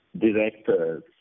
directors